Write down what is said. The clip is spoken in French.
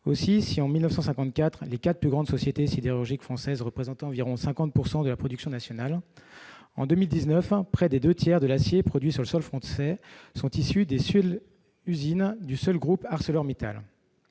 français. En 1954, les quatre plus grandes sociétés sidérurgiques françaises représentaient environ 50 % de la production nationale. En 2019, près des deux tiers de l'acier produit sur le sol français est issu des usines du seul groupe ArcelorMittal.